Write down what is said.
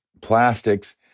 Plastics